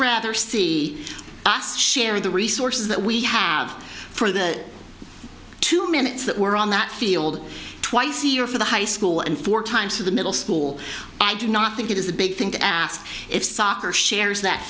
rather see us share the resources that we have for the two minutes that were on that field twice a year for the high school and four times to the middle school i do not think it is a big thing to ask if soccer shares that